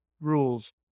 rules